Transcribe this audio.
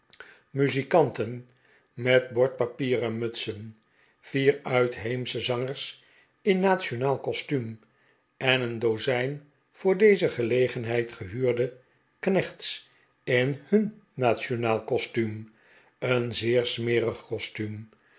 muzikanten met bordpapieren mutseh vier uitheemsche zangers in nationaal costuum en een dozijn voor deze gelegenheid gehuurde khechts in hun nationaal costuum een zeer smerig costuum